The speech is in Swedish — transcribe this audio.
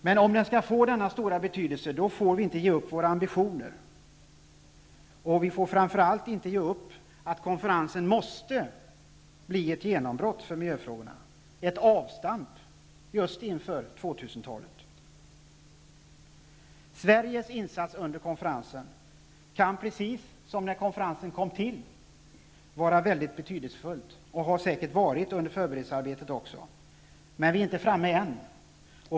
Om konferensen skall få denna stora betydelse får vi inte ge upp våra ambitioner, och vi får framför allt inte ge upp våra krav på att konferensen måste bli ett genombrott för miljöfrågorna, ett avstamp just inför 2000-talet. Sveriges insats under konferensen kan, precis som vår insats i samband med att konferensen kom till, vara mycket betydelsefull, och det har den säkert varit också under förberedelsearbetet. Men vi är inte framme än.